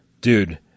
Dude